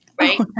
Right